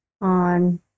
on